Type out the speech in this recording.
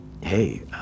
Hey